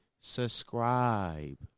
Subscribe